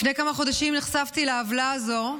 לפני כמה חודשים נחשפתי לעוולה הזו,